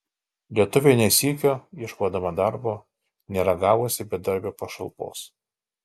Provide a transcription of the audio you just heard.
lietuvė ne sykio ieškodama darbo nėra gavusi bedarbio pašalpos